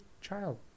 child